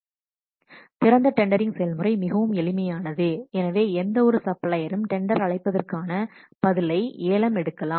திறந்த டெண்டரிங் செயல்முறை மிகவும் எளிமையானது எனவே எந்தவொரு சப்ளையரும் டெண்டர் அழைப்பிற்கான பதிலை ஏலம் எடுக்கலாம்